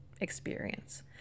experience